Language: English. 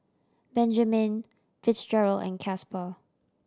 Benjamen Fitzgerald and Casper